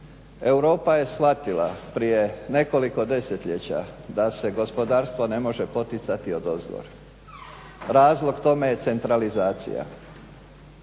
Europa je shvatila prije nekoliko desetljeća da se gospodarstvo ne može poticati odozgor, razlog tome je centralizacija.